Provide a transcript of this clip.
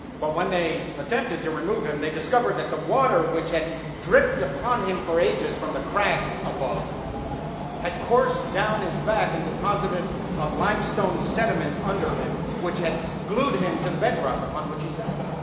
but when they attempted to remove him, they discovered that the water which had dripped upon him for ages from the crag above had coursed down his back and deposited a limestone sediment under him which had glued him to the bedrock upon which he sat.